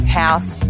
house